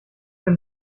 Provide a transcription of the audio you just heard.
wenn